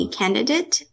candidate